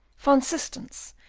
van systens,